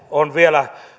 on vielä